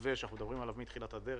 מתווה שאנחנו מדברים עליו מתחילת הדרך,